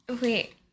Wait